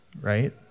right